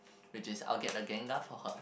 which is I will get the gengar for her